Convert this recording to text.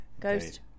Ghost